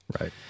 right